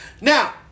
Now